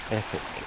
epic